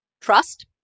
trust